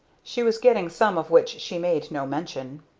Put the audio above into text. she was getting some of which she made no mention.